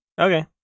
Okay